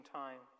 time